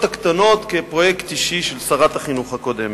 הקטנות כפרויקט אישי של שרת החינוך הקודמת.